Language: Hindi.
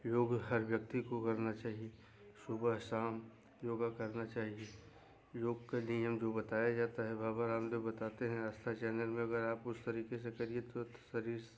योग हर व्यक्ति को करना चाहिए सुबह शाम योगा करना चाहिए योग का नियम जो बताया जाता है बाबा रामदेव बताते हैं आस्था चैनल में अगर आप उसे तरीके से करिए तो शरीर